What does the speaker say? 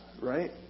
Right